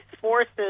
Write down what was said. forces